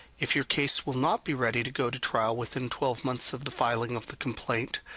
if your case will not be ready to go to trial within twelve months of the filing of the complaint,